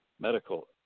medical